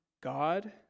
God